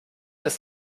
ist